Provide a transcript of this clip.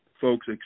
folks